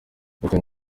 gatoya